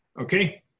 Okay